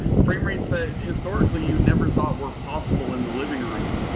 frame rates that historically you never thought were possible in the living room.